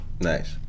nice